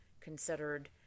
considered